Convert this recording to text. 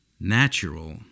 Natural